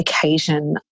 occasion